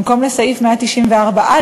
במקום לסעיף 194א,